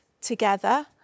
together